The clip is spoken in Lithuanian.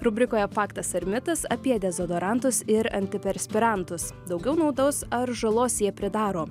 rubrikoje faktas ar mitas apie dezodorantus ir antiperspirantus daugiau naudos ar žalos jie pridaro